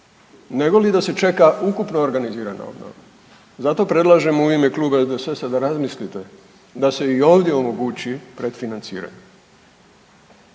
negoli da se čeka ukupno organizirana obnova. Zato predlažem u ime Kluba SDSS-a da razmislite da se i ovdje omogući predfinanciranje